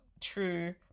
true